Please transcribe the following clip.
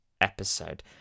episode